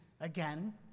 again